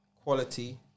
quality